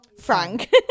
Frank